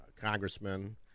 congressman